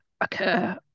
occur